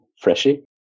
freshie